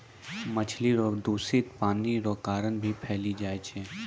मछली रोग दूषित पानी रो कारण भी फैली जाय छै